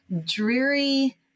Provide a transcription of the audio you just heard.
dreary